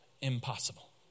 Impossible